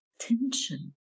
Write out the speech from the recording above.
tension